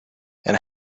and